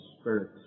spirit